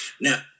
now